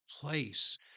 place